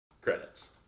credits